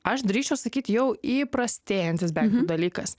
aš drįsčiau sakyt jau įprastėjantis dalykas